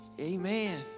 amen